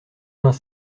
vingt